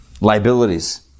liabilities